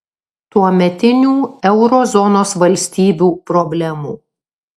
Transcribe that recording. tuometinių euro zonos valstybių problemų